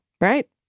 right